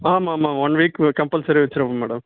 ஆமாம் ஆமாம் ஒன் வீக்கு கம்பல்சரி வச்சிருப்பேன் மேடம்